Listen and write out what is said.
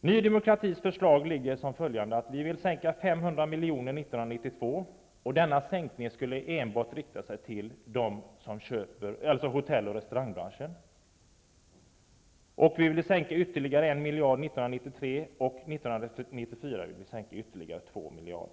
Ny demokratis förslag är följande: Vi vill sänka skatten med 500 miljarder kronor 1992, och denna sänkning skulle enbart rikta sig till hotell och restaurangbranschen. Vi vill sänka skatten med ytterligare 1 miljard 1993 och 2 miljarder 1994.